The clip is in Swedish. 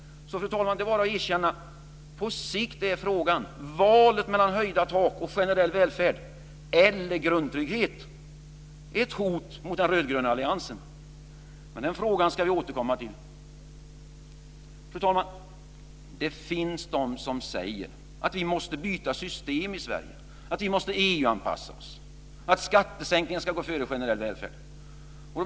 Fru talman! Det är bara att erkänna att på sikt är frågan om valet mellan höjda tak och generell välfärd eller grundtrygghet ett hot mot den rödgröna alliansen. Den frågan ska vi återkomma till. Fru talman! Det finns de som säger att vi måste byta system i Sverige och EU-anpassa oss, att skattesänkningar ska gå före generell välfärd.